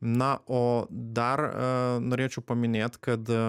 na o dar a norėčiau paminėt kad